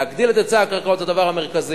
להגדיל את היצע הקרקעות זה הדבר המרכזי,